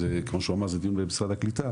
כמו שהוא אמר זה דיון של משרד הקליטה,